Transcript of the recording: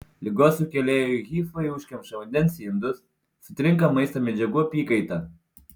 ligos sukėlėjų hifai užkemša vandens indus sutrinka maisto medžiagų apykaita